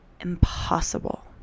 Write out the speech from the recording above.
impossible